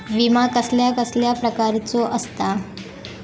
विमा कसल्या कसल्या प्रकारचो असता?